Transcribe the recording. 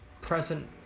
present